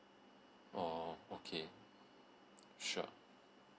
orh okay sure